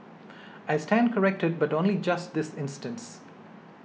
I stand corrected but only just this instance